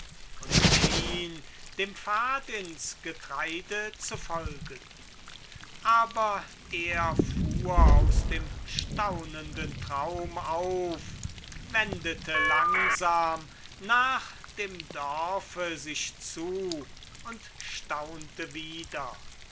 und schien dem pfad ins getreide zu folgen aber er fuhr aus dem staunenden traum auf wendete langsam nach dem dorfe sich zu und staunte wieder